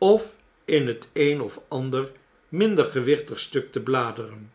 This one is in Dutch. of in het een of ander minder gewichtig stuk te bladeren